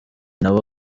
nabo